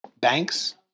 banks